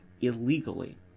illegally